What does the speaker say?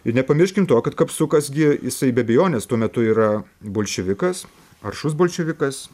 ir nepamirškim to kad kapsukas gi jisai be abejonės tuo metu yra bolševikas aršus bolševikas